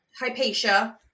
Hypatia